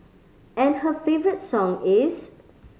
and her favourite song is